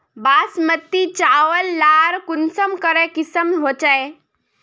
बासमती चावल लार कुंसम करे किसम होचए?